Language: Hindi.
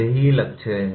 यही लक्ष्य है